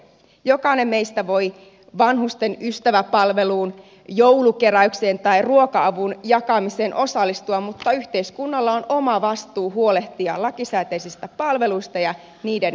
jokainen meistä voi vanhusten ystäväpalveluun joulukeräykseen tai ruoka avun jakamiseen osallistua mutta yhteiskunnalla on oma vastuunsa huolehtia lakisääteisistä palveluista ja niiden järjestämisestä